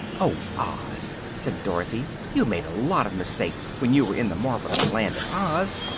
oh, oz! said dorothy you made a lot of mistakes when you were in the marvelous land of oz.